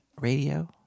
Radio